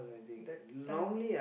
that time